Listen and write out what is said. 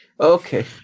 okay